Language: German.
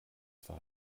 war